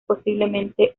posiblemente